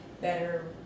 better